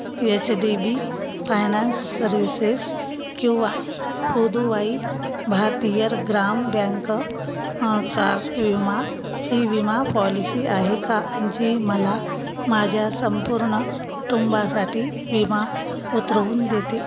H D B finance services किंवा Puduvai Bharathiar Grama bank car विमाची विमा पॉलिसी आहे का जी मला माझ्या संपूर्ण कुटुंबासाठी विमा उतरवून देते